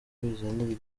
bizanira